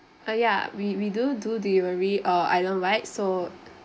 ah ya we we do do delivery uh so